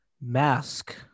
mask